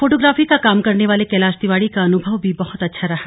photography का काम करने वाले कैलाश तिवारी का अनुभव भी बहत अच्छा रहा